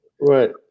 right